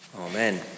amen